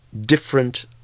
different